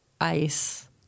ice